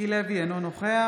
מיקי לוי, אינו נוכח